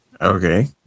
Okay